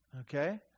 Okay